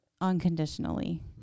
unconditionally